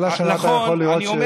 כל השנה אתה יכול לראות, נכון.